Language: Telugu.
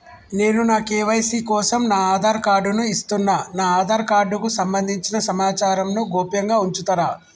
నేను నా కే.వై.సీ కోసం నా ఆధార్ కార్డు ను ఇస్తున్నా నా ఆధార్ కార్డుకు సంబంధించిన సమాచారంను గోప్యంగా ఉంచుతరా?